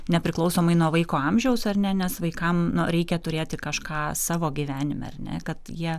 nepriklausomai nuo vaiko amžiaus ar ne nes vaikam na reikia turėti kažką savo gyvenime ar ne kad jie